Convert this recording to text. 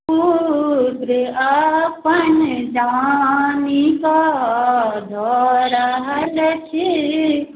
पुत्र अपन जानिकऽ दऽ रहल छी